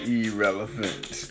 irrelevant